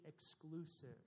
exclusive